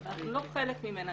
אבל אנחנו לא חלק ממנה.